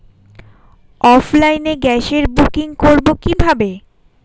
অফলাইনে গ্যাসের বুকিং করব কিভাবে?